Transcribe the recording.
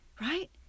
right